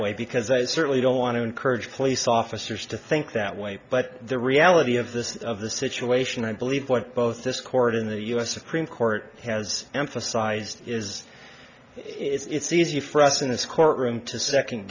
way because they certainly don't want to encourage police officers to think that way but the reality of this of the situation i believe what both this court in the u s supreme court has emphasized is it's easy for us in this courtroom to second